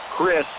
Chris